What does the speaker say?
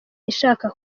ishaka